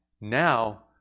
Now